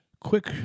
quick